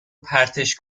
پرتش